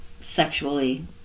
sexually